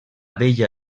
bella